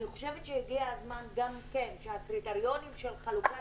אני חושבת שהגיע הזמן גם כן שהקריטריונים של חלוקת